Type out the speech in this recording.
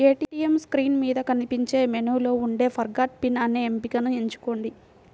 ATM screen మీద కనిపించే మెనూలో ఉండే ఫర్గాట్ పిన్ అనే ఎంపికను ఎంచుకోండి